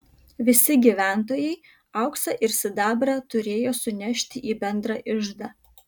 visi gyventojai auksą ir sidabrą turėjo sunešti į bendrą iždą